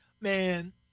Man